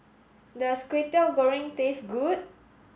does Kway Teow Goreng taste good